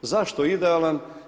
Zašto idealan?